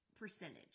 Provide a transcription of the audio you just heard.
percentage